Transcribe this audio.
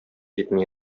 җитми